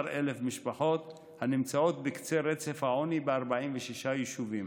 11,000 משפחות הנמצאות בקצה הרצף העוני ב-46 יישובים,